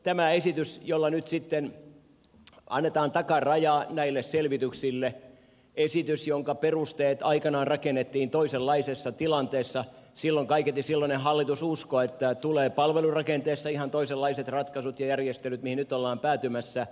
tämä esitys jolla nyt sitten annetaan takaraja näille selvityksille esitys jonka perusteet aikanaan rakennettiin toisenlaisessa tilanteessa kaiketi silloinen hallitus uskoi että tulee palvelurakenteessa ihan toisenlaiset ratkaisut ja järjestelyt kuin mihin nyt ollaan päätymässä